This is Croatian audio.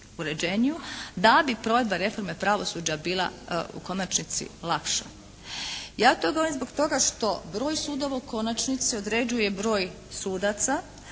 uređeniju da bi provedba reforme pravosuđa bila u konačnici lakša. Ja to govorim zbog toga što broj sudova u konačnici određuje broj sudaca